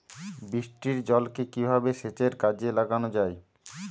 বৃষ্টির জলকে কিভাবে সেচের কাজে লাগানো যায়?